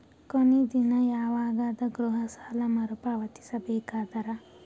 ಕೊನಿ ದಿನ ಯವಾಗ ಅದ ಗೃಹ ಸಾಲ ಮರು ಪಾವತಿಸಬೇಕಾದರ?